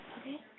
Okay